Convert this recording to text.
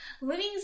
living